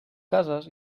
cases